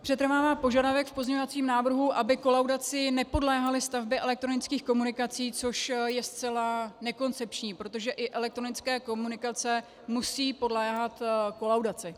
Přetrvává požadavek v pozměňovacím návrhu, aby kolaudaci nepodléhaly stavby elektronických komunikací, což je zcela nekoncepční, protože i elektronické komunikace musí podléhat kolaudaci.